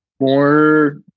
more